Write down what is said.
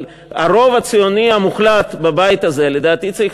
אבל הרוב הציוני המוחלט בבית הזה לדעתי צריך